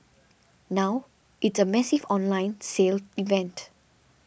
now it's a massive online sale event